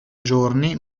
giorni